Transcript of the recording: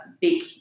big